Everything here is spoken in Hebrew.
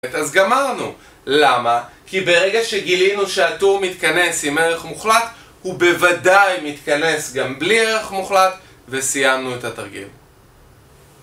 אז גמרנו. למה? כי ברגע שגילינו שהטור מתכנס עם ערך מוחלט הוא בוודאי מתכנס גם בלי ערך מוחלט וסיימנו את התרגיל